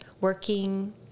working